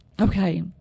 okay